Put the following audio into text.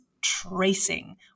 tracing